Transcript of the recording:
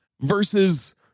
versus